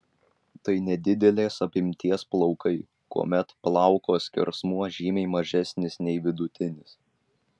tai nedidelės apimties plaukai kuomet plauko skersmuo žymiai mažesnis nei vidutinis